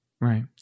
Right